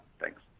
thanks